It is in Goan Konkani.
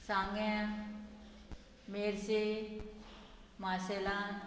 सांगें मेरशे मार्सेलान